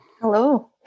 Hello